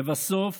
לבסוף